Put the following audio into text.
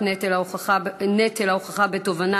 לאומיים (תיקוני חקיקה להשגת יעדי התקציב לשנים 2013 ו-2014),